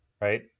Right